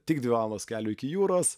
tik dvi valandos kelio iki jūros